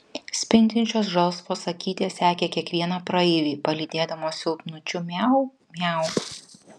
spindinčios žalsvos akytės sekė kiekvieną praeivį palydėdamos silpnučiu miau miau